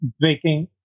breaking